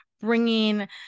bringing